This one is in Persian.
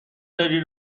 بری